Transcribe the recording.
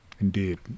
Indeed